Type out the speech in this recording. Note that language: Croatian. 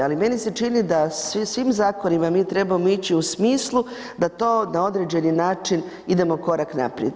Ali meni se čini da svim zakonima mi trebamo ići u smislu da to na određeni način idemo korak naprijed.